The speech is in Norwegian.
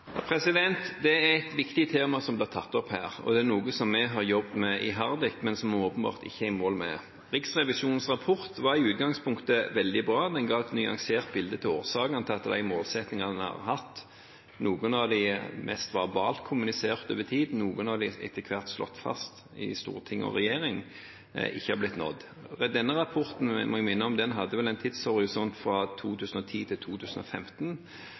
tatt opp her. Det er noe som vi iherdig har jobbet med, men som vi åpenbart ikke er i mål med. Riksrevisjonens rapport var i utgangspunktet veldig bra. Den ga et nyansert bilde av årsakene til at de målsettingene vi har hatt – noen av dem mest verbalt kommunisert over tid, noen av dem etter hvert slått fast i storting og regjering – ikke har blitt nådd. Denne rapporten, må jeg minne om, hadde vel en tidshorisont fra 2010 til 2015,